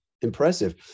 impressive